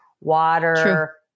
water